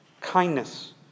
kindness